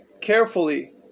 carefully